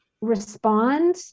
respond